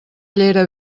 llera